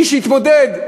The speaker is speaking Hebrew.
מי שתתמודד,